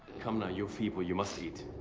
come now, you're feeble. you must eat.